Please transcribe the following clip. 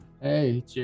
Hey